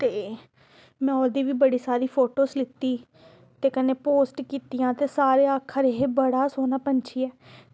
ते में ओह्दी बी बड़ी सारी फोटोज़ लैती ते कन्नै पोस्ट कीतियां ते सारे आक्खै दे एह् बड़ा सोह्ना पैंछी ऐ